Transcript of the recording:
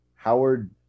Howard